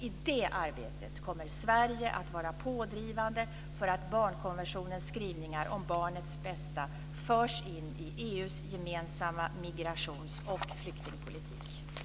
I det arbetet kommer Sverige att vara pådrivande för att barnkonventionens skrivningar om barnets bästa förs in i EU:s gemensamma migrationsoch flyktingpolitik.